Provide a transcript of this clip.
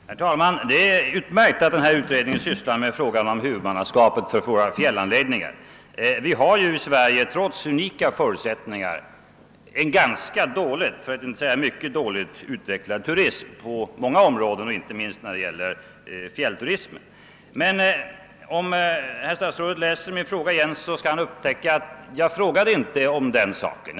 Herr talman! Det är utmärkt att denna utredning sysslar med frågan om huvudmannaskapet för våra fjällanläggningar. Vi har ju i Sverige trots unika förutsättningar en ganska för att inte säga mycket dåligt utvecklad turism på många områden, inte minst när det gäller fjällturismen. Men om herr statsrådet läser min fråga igen, skall han upptäcka att jag inte frågade om den saken.